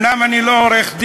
אומנם אני לא עורך-דין,